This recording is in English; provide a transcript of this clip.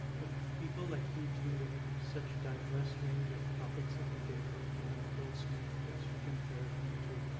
but people like you deal with such diverse range of topics every day, from anna nicole smith to estrogen therapy to